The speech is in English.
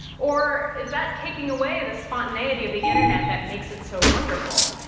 or is that taking away the spontaneity of the internet that makes it so wonderful?